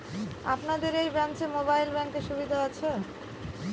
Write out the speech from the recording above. আপনাদের এই ব্রাঞ্চে মোবাইল ব্যাংকের সুবিধে আছে?